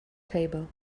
table